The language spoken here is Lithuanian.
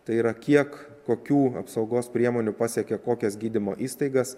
tai yra kiek kokių apsaugos priemonių pasiekė kokias gydymo įstaiga